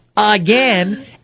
again